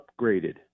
upgraded